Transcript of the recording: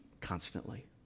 constantly